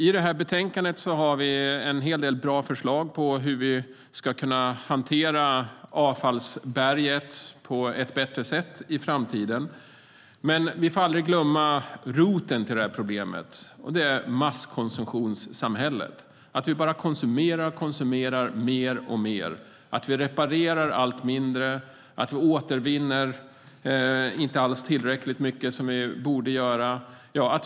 I betänkandet har vi en hel del bra förslag på hur vi ska kunna hantera avfallsberget på ett bättre sätt i framtiden. Men vi får aldrig glömma roten till problemet. Det är masskonsumtionssamhället. Vi konsumerar mer och mer. Vi reparerar allt mindre. Vi återvinner inte så mycket som vi borde göra.